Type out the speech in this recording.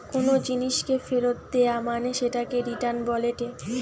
কোনো জিনিসকে ফেরত দেয়া মানে সেটাকে রিটার্ন বলেটে